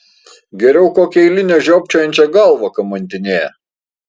geriau kokią eilinę žiopčiojančią galvą kamantinėja